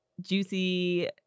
juicy